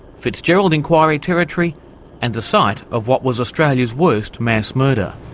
fitzgerald inquiry territory and the site of what was australia's worst mass murder.